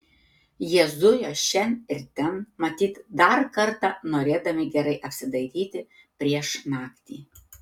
jie zujo šen ir ten matyt dar kartą norėdami gerai apsidairyti prieš naktį